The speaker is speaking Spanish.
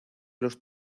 los